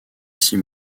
six